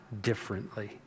differently